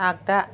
आग्दा